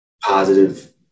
positive